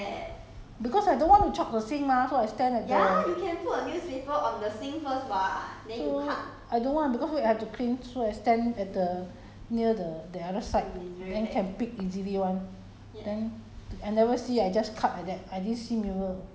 near the the toilet there the whereby you put the newspaper because I don't want to choke the sink mah so I stand at the err I don't want because wait I have to clean so I stand at the near the the other side then can pick easily [one]